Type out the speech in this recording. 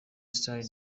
star